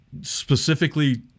Specifically